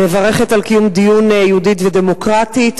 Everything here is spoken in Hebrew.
אני מברכת על קיום הדיון "יהודית ודמוקרטית",